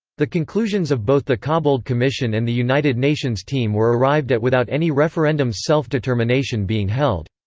the conclusions of both the cobbold commission and the united nations team were arrived at without any referendums self-determination being held.